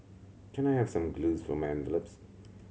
can I have some glues for my envelopes